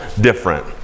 different